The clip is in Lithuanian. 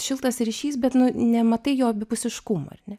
šiltas ryšys bet nu nematai jo abipusiškumo ar ne